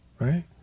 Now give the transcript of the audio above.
right